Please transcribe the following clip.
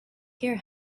hear